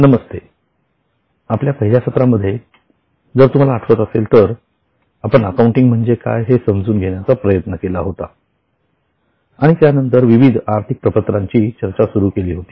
नमस्ते आपल्या पहिल्या सत्रा मध्ये जर तुम्हाला आठवत असेल तर आपण अकाउंटिंग म्हणजे काय हे समजून घेण्याचा प्रयत्न केला होता आणि त्यानंतर विविध आर्थिक प्रपत्राची चर्चा सुरू केली होती